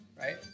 right